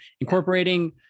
incorporating